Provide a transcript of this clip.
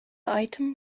item